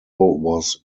was